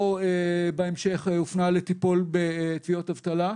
או בהמשך הופנה לטיפול בתביעות אבטלה,